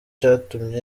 cyatumye